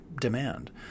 demand